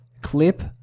clip